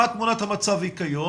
מצב כיום,